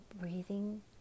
breathing